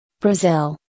Brazil